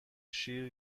شیر